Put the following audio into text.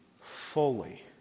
fully